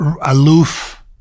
aloof